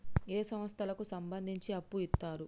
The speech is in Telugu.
ఏ సంస్థలకు సంబంధించి అప్పు ఇత్తరు?